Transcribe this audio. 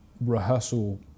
rehearsal